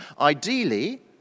Ideally